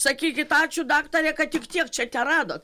sakykit ačiū daktare kad tik tiek čia teradot